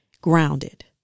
grounded